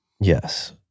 Yes